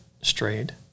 strayed